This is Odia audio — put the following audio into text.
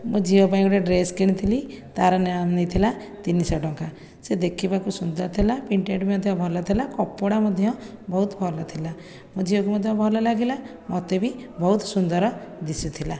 ମୋ ଝିଅପାଇଁ ଗୋଟିଏ ଡ୍ରେସ୍ କିଣିଥିଲି ତା'ର ନେଇଥିଲା ତିନିଶହ ଟଙ୍କା ସେ ଦେଖିବାକୁ ସୁନ୍ଦର ଥିଲା ପ୍ରିଣ୍ଟେଡ୍ ମଧ୍ୟ ଭଲ ଥିଲା କପଡ଼ା ମଧ୍ୟ ବହୁତ ଭଲ ଥିଲା ମୋ ଝିଅକୁ ମଧ୍ୟ ଭଲ ଲାଗିଲା ମୋତେ ବି ବହୁତ ସୁନ୍ଦର ଦିଶୁଥିଲା